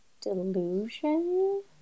delusion